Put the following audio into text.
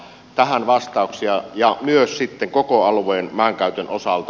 tähän vastauksia ja myös sitten koko alueen maankäytön osalta